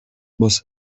was